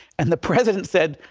and the president said,